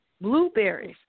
blueberries